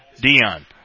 Dion